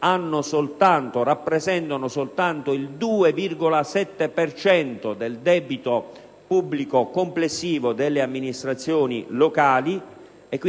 I Comuni rappresentano soltanto il 2,7 per cento del debito pubblico complessivo delle amministrazioni locali. Credo